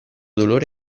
dolore